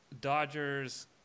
Dodgers